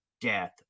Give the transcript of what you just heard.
death